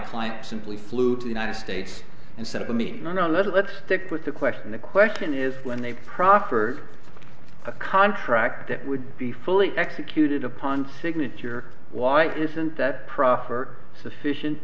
client simply flew to the united states and said to me no no let's stick with the question the question is when they proffered a contract that would be fully executed upon signature why isn't that proffer sufficient